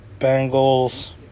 Bengals